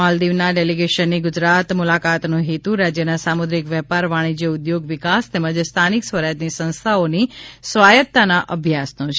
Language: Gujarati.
માલદીવના ડેલિગેશનની ગુજરાત મૂલાકાતનો હેતુ રાજ્યના સામુદ્રિક વેપાર વાણિજ્ય ઊદ્યોગ વિકાસ તેમજ સ્થાનિક સ્વરાજ્યની સંસ્થાઓની સ્વાયતતાના અભ્યાસનો છે